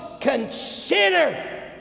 Consider